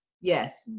yes